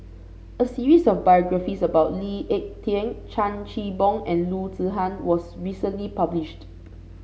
a series of biographies about Lee Ek Tieng Chan Chin Bock and Loo Zihan was recently published